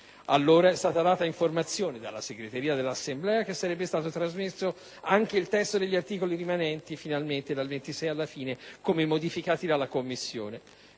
Allora, è stata data informazione dalla Segreteria dell'Assemblea che finalmente sarebbe stato trasmesso anche il testo degli articoli rimanenti dal 26 al termine, come modificati dalle Commissioni.